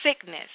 sickness